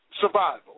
survival